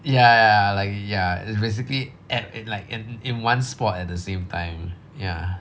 ya ya ya like ya it's basically at it like in in one spot at the same time ya